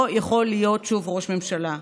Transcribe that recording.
לא יכול להיות שוב ראש ממשלה.